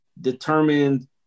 determined